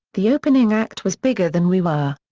the opening act was bigger than we were.